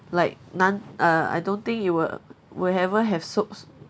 like none uh I don't think you will will ever have so